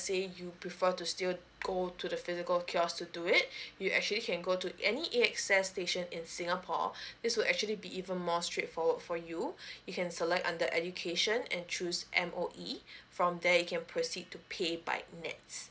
say you prefer to still go to the physical kiosk to do it you actually can go to any AXS station in singapore this will actually be even more straightforward for you you select under education and choose M_O_E from there you can proceed to pay by N_E_T_S